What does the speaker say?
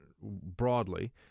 broadly